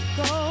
go